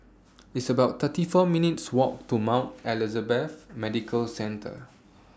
It's about thirty four minutes' Walk to Mount Elizabeth Medical Centre